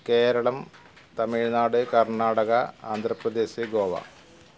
Keralam Tamil Nadu Karnataka Andhra Pradesh Goa